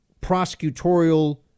prosecutorial